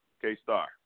K-Star